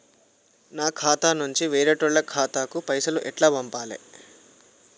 నా ఖాతా నుంచి వేరేటోళ్ల ఖాతాకు పైసలు ఎట్ల పంపాలే?